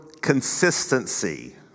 consistency